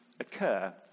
occur